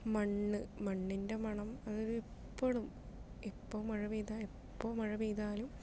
മണ്ണ് മണ്ണിൻ്റെ മണം അതായത് എപ്പൊളും എപ്പോ മഴ പെയ്താ എപ്പോ മഴ പെയ്താലും